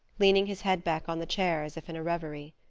leaning his head back on the chair as if in a reverie.